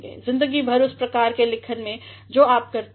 ज़िदगीभरउस प्रकार के लिखन में जो आप करते हैं